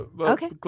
okay